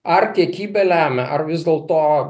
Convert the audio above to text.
ar kiekybė lemia ar vis dėlto